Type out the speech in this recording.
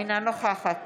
אינה נוכחת